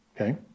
okay